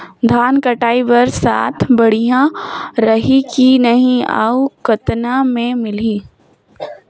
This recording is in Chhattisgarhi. धान कटाई बर साथ बढ़िया रही की नहीं अउ कतना मे मिलही?